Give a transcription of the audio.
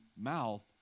mouth